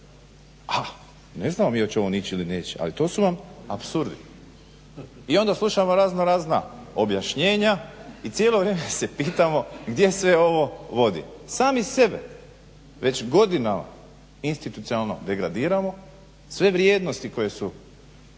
A ne znamo mi oče li on ići ili neće, ali to su vam apsurdi. I onda slušamo razno razna objašnjenja i cijelo vrijeme se pitamo gdje sve ovo vodi. Sami sebe već godinama institucionalno degradiramo, sve vrijednosti koje su